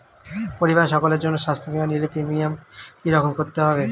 পরিবারের সকলের জন্য স্বাস্থ্য বীমা নিলে প্রিমিয়াম কি রকম করতে পারে?